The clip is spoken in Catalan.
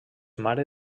mare